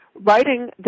Writing